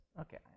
okay